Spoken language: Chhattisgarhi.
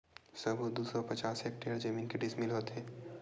सबो दू सौ पचास हेक्टेयर जमीन के डिसमिल होथे?